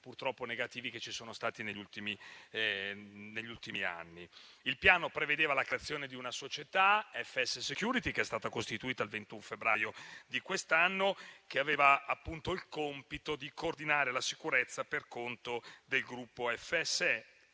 purtroppo negativi, che si sono verificati negli ultimi anni. Il piano prevede la creazione di una società, FS Security, che è stata costituita il 21 febbraio di quest'anno, che ha appunto il compito di coordinare la sicurezza per conto del gruppo FS